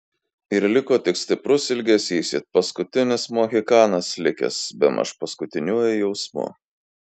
ir liko tik stiprus ilgesys it paskutinis mohikanas likęs bemaž paskutiniuoju jausmu